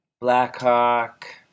Blackhawk